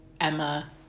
Emma